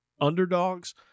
underdogs